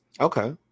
Okay